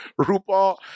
RuPaul